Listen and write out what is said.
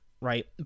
right